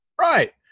Right